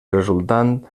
resultant